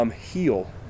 Heal